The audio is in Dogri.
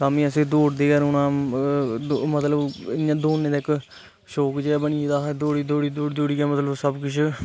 ता वी आसे दौड़दे जाना मतलब इयां दौड़ने दा इक शौक जेहा बनी गेदा हा दौड़ने दा दौड़ी दौड़ी ऐ मतलब सब किश